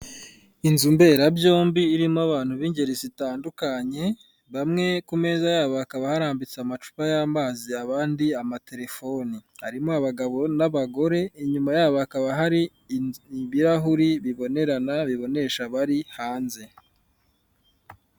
Inzu mberabyombi irimo abantu b'ingeri zitandukanye bamwe ku meza yabo hakaba harambitse amacupa y'amazi abandi amaterefone harimo abagabo n'abagore inyuma yabo hakaba hari ibirahure bibonerana bibonesha abari hanze.